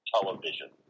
television